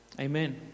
Amen